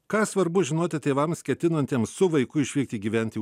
ką svarbu žinoti tėvams ketinantiems su vaiku išvykti gyventi